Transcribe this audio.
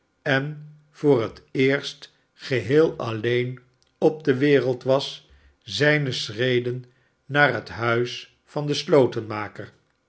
en voor het eerst geheel alleen op de wereld was zijne schreden naar het huis van den